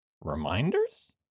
reminders